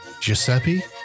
Giuseppe